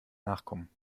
nachkommen